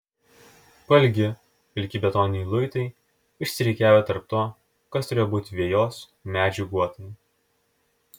pailgi pilki betoniniai luitai išsirikiavę tarp to kas turėjo būti vejos medžių guotai